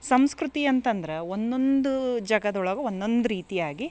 ಸಂಸ್ಕೃತಿಯಂತಂದ್ರ ಒನ್ನೊಂದು ಜಗದೊಳಗೆ ಒನ್ನೊಂದು ರೀತಿಯಾಗಿ